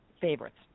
favorites